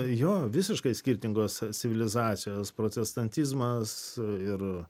jo visiškai skirtingos civilizacijos protestantizmas ir